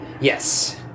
Yes